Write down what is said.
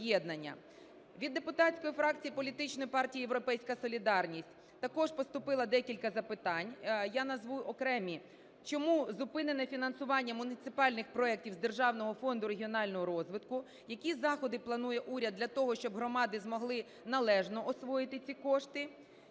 Від депутатської фракції політичної партії "Європейська солідарність" також поступило декілька запитань, я назву окремі. Чому зупинено фінансування муніципальних проектів з Державного фонду регіонального розвитку; які заходи планує уряд для того, щоб громади змогли належно освоїти кошти;